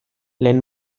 lehen